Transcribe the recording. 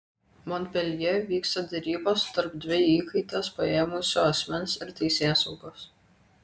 monpeljė vyksta derybos tarp dvi įkaites paėmusio asmens ir teisėsaugos